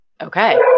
Okay